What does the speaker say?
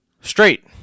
straight